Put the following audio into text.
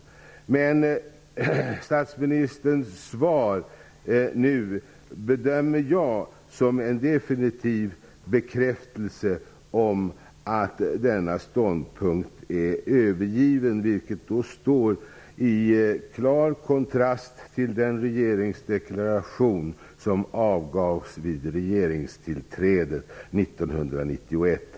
Jag bedömer nu statsministerns svar som en definitiv bekräftelse på att denna ståndpunkt är övergiven, vilket står i klar kontrast till den regeringsdeklaration som avgavs vid regeringstillträdet 1991.